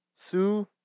Sue